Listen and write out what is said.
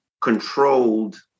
controlled